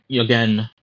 again